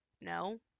no